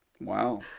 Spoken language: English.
wow